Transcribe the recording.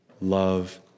Love